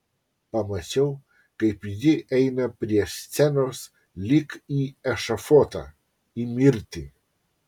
pamačiau kaip ji eina prie scenos lyg į ešafotą į mirtį